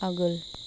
आगोल